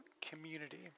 community